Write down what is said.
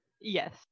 Yes